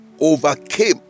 overcame